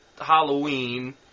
Halloween